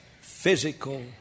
physical